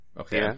Okay